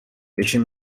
بشین